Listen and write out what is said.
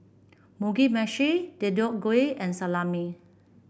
Mugi Meshi Deodeok Gui and Salami